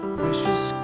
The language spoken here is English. precious